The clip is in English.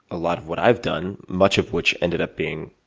a lot of what i've done, much of which ended up being